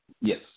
Yes